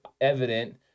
evident